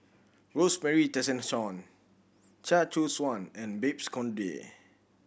Rosemary Tessensohn Chia Choo Suan and Babes Conde